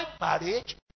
marriage